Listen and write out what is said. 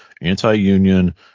anti-union